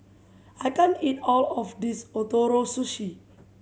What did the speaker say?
I can't eat all of this Ootoro Sushi